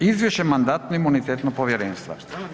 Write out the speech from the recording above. Izvješće Mandatno-imunitetnog povjerenstva?